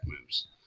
moves